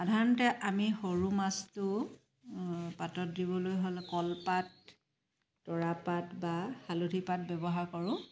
সাধাৰণতে আমি সৰু মাছটো পাতত দিবলৈ হ'লে কলপাত তৰাপাত বা হালধিপাত ব্যৱহাৰ কৰো